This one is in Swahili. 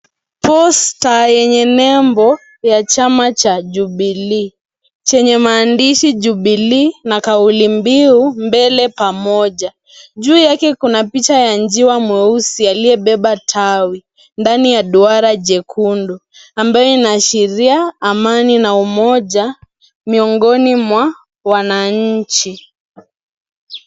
Posta yenye nembo ya chama cha Jubilee chenye maandishi jubilee na kauili mbiu mbele pamoja. Juu yake kuna picha ya njiwa mweusi aliyebeba tawi ndani ya duara jekundu ambayo inaashiria amani na umoja miongoni mwa wananchi.